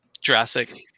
Jurassic